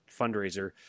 fundraiser